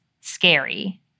scary